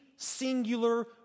Singular